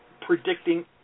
predicting